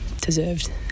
deserved